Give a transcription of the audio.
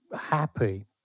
happy